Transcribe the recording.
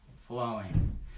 flowing